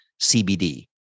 CBD